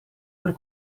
per